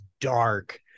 dark